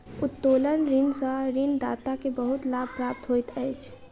उत्तोलन ऋण सॅ ऋणदाता के बहुत लाभ प्राप्त होइत अछि